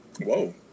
Whoa